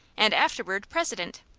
and afterward, president.